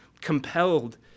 compelled